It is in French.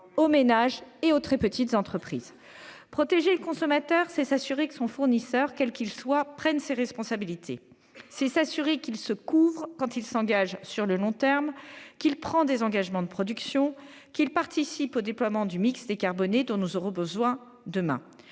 aux ménages et aux très petites entreprises au prix le plus bas d'Europe. Protéger le consommateur, c'est s'assurer que son fournisseur, quel qu'il soit, prenne ses responsabilités. C'est s'assurer qu'il se couvre quand il s'engage sur le long terme, qu'il prend des engagements de production, qu'il participe au déploiement du mix décarboné dont nous aurons besoin demain.